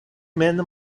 mem